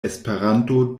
esperanto